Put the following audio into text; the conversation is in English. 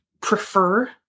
prefer